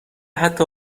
حتی